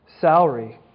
salary